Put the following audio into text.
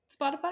Spotify